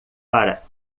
para